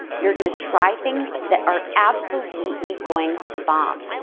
you're gonna try things that are absolutely going to bomb,